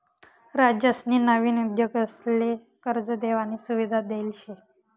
राज्यसनी नवीन उद्योगसले कर्ज देवानी सुविधा देल शे